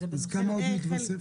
אז כמה עוד מתווסף?